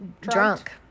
drunk